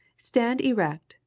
stand erect,